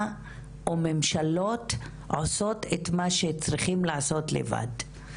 או ממשלות עושות את מה שצריכים לעשות לבד.